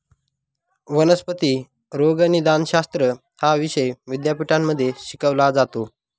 वनस्पती रोगनिदानशास्त्र हा विषय विद्यापीठांमध्ये शिकवला जातो